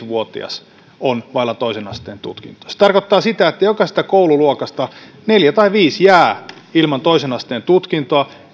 vuotias on vailla toisen asteen tutkintoa se tarkoittaa sitä että jokaisesta koululuokasta neljä tai viisi jää ilman toisen asteen tutkintoa